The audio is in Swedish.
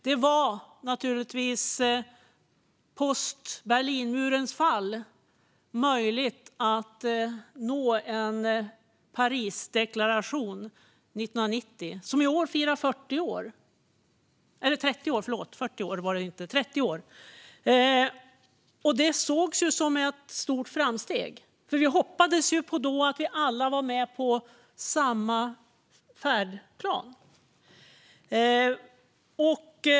Efter Berlinmurens fall blev det möjligt att nå en Parisdeklaration, som i år firar 30 år. Det sågs som ett stort framsteg. Vi hoppades då att vi alla var med på samma färdplan.